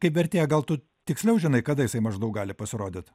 kaip vertėja gal tu tiksliau žinai kada jisai maždaug gali pasirodyt